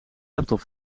laptop